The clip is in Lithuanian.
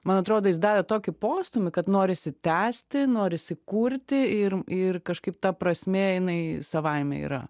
man atrodo jis davė tokį postūmį kad norisi tęsti norisi kurti ir ir kažkaip ta prasme jinai savaime yra